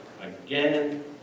again